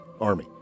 Army